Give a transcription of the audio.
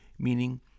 meaning